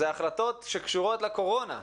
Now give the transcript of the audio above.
אלה החלטות שקשורות לקורונה.